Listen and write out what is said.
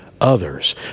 others